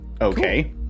Okay